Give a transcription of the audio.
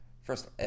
First